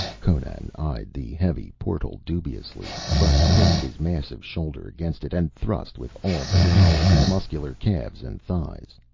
conan eyed the heavy portal dubiously, but placed his massive shoulder against it and thrust with all the power of his muscular calves and thighs.